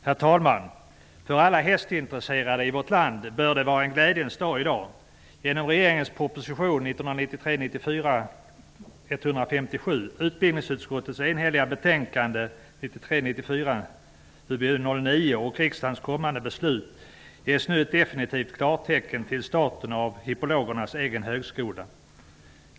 Herr talman! För alla hästintresserade i vårt land bör det vara en glädjens dag i dag. Genom regeringens proposition 1993 94:UbU9 och riksdagens kommande beslut ges nu ett definitivt klartecken för startandet av hippologernas egen högskola.